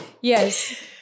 Yes